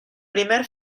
primera